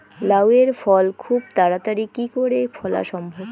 লাউ এর ফল খুব তাড়াতাড়ি কি করে ফলা সম্ভব?